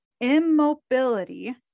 Immobility